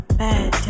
bad